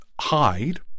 hide